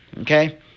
Okay